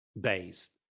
based